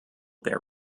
their